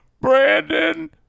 Brandon